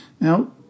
Now